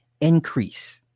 increase